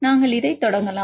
நாங்கள் இதைத் தொடங்கலாம்